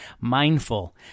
mindful